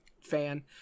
fan